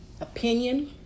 opinion